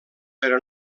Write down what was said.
però